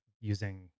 using